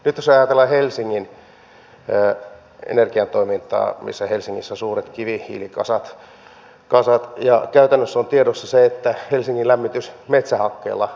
nyt jos ajatellaan helsingin energian toimintaa niin helsingissä on suuret kivihiilikasat ja käytännössä on tiedossa se että helsingin lämmitys metsähakkeella ei tule onnistumaan